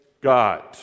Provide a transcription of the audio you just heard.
God